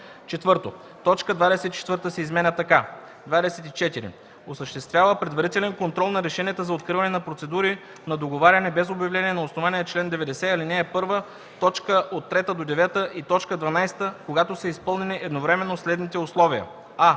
лв.;”. 4. Точка 24 се изменя така: „24. осъществява предварителен контрол на решенията за откриване на процедури на договаряне без обявление на основание чл. 90, ал. 1, т. 3-9 и т. 12, когато са изпълнени едновременно следните условия: а)